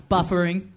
Buffering